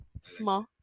small